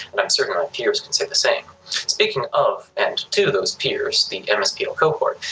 and i'm certain my peers can say the same speaking of and to those peers, the mspl cohort,